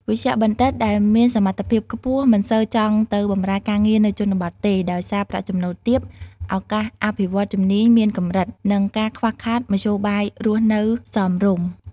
វេជ្ជបណ្ឌិតដែលមានសមត្ថភាពខ្ពស់មិនសូវចង់ទៅបម្រើការងារនៅជនបទទេ ដោយសារប្រាក់ចំណូលទាប ឱកាសអភិវឌ្ឍន៍ជំនាញមានកម្រិត និងការខ្វះខាតមធ្យោបាយរស់នៅសមរម្យ។